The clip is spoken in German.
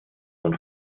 und